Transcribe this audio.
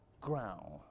ground